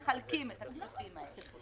מחלקים את הכספים האלה.